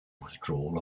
withdrawal